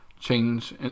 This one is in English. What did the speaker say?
change